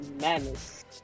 Madness